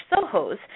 Soho's